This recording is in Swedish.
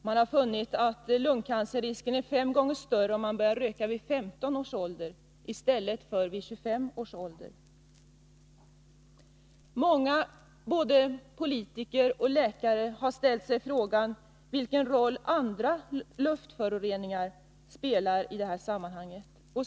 Man har funnit att lungcancerrisken är fem gånger större om man börjar röka vid 15 års ålder i stället för vid 25 års ålder. Många både politiker och läkare har ställt sig frågan vilken roll andra luftföroreningar spelar i detta sammanhang.